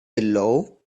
below